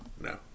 No